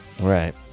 Right